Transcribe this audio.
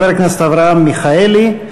חבר הכנסת אברהם מיכאלי,